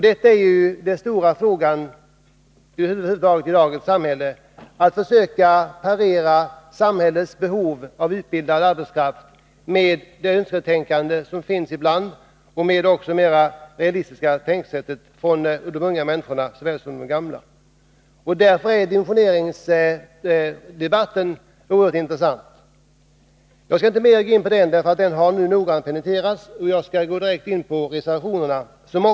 Det stora problemet i dag är ju att kunna förena samhällets behov av utbildad arbetskraft och det önsketänkande som ibland finns — stundom också ett realistiskt tänkande — såväl bland gamla som bland unga människor. Därför är dimensioneringsdebatten oerhört intressant. Jag skall inte gå in på denna sak mera, eftersom den redan penetrerats mycket noga, utan direkt gå in på reservationerna.